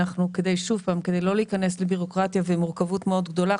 כדי לא להיכנס לבירוקרטיה ומורכבות מאוד גדולה,